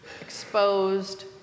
exposed